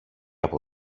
από